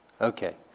Okay